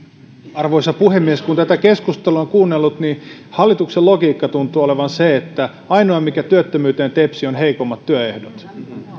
arvoisa puhemies kun tätä keskustelua on kuunnellut niin hallituksen logiikka tuntuu olevan se että ainoa mikä työttömyyteen tepsii on heikommat työehdot